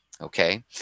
okay